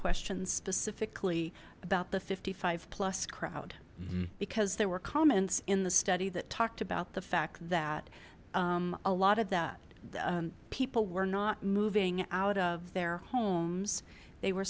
questions specifically about the fifty five plus crowd because there were comments in the study that talked about the fact that a lot of that people were not moving out of their homes they were